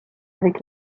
avec